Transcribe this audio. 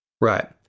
Right